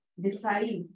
decide